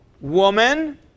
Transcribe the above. Woman